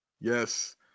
Yes